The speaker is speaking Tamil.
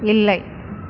இல்லை